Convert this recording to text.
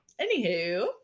Anywho